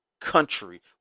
country